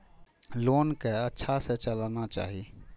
Loan के अच्छा से चलाना चाहि?